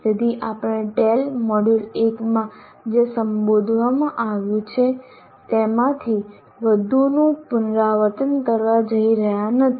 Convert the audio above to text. તેથી આપણે ટેલ મોડ્યુલ1 માં જે સંબોધવામાં આવ્યું છે તેમાંથી વધુનું પુનરાવર્તન કરવા જઈ રહ્યા નથી